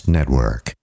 Network